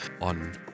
on